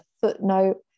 footnote